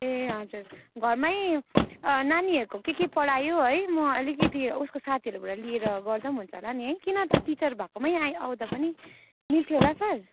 ए हजुर घरमै नानीहरूको के के पढायो है म अलिकति उसको साथीहरूकोबाट लिएर गर्दा पनि हुन्छ होला नि है कि न त टिचर भएकोमै आइ आउँदा पनि मिल्थ्यो होला सर